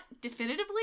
definitively